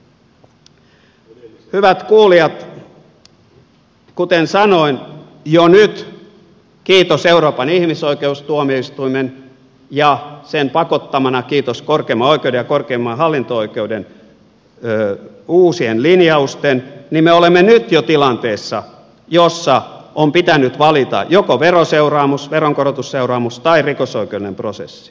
hyvät kuulijat kuten sanoin jo nyt kiitos euroopan ihmisoikeustuomioistuimen ja sen pakottamana kiitos korkeimman oikeuden ja korkeimman hallinto oikeuden uusien linjausten me olemme tilanteessa jossa on pitänyt valita joko veroseuraamus veronkorotusseuraamus tai rikosoikeudellinen prosessi